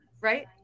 right